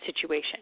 situation